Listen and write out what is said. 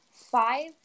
five